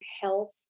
health